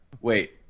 Wait